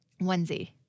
onesie